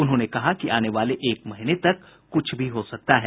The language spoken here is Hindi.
उन्होंने कहा कि आने वाले एक महीने तक कुछ भी हो सकता है